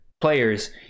players